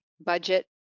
budget